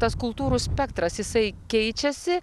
tas kultūrų spektras jisai keičiasi